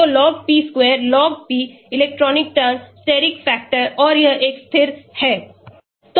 तो log p square log p electronic term steric factor और यह एक स्थिर है